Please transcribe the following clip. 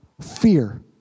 fear